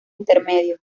intermedio